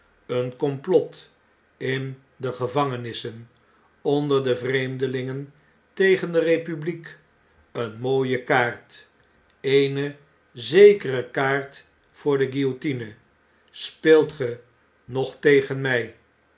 een komplot in degevangenissen onder de vreemdelingen tegen de republiek eene mooie kaart eene zekere kaart voor de guillotine speelt ge nog tegen mg